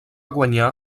guanyar